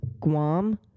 Guam